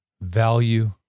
value